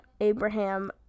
Abraham